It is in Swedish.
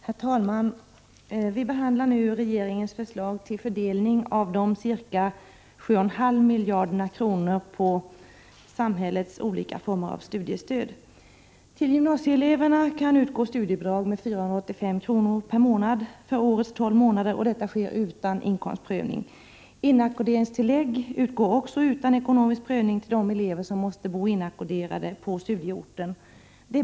Herr talman! Vi behandlar regeringens förslag till fördelning av ca 7,5 miljarder kr. på samhällets olika former av studiestöd. Till gymnasieeleverna kan utgå studiebidrag med 485 kr. per månad för årets 12 månader, och detta sker utan inkomstprövning. Inackorderingstillägg utgår också utan ekonomisk prövning till de elever som måste bo inackorderade på studieorten.